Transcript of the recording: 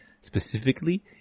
specifically